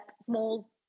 small